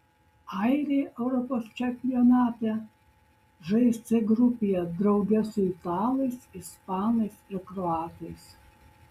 airiai europos čempionate žais c grupėje drauge su italais ispanais ir kroatais